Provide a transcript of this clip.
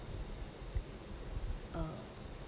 uh